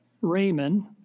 Raymond